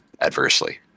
adversely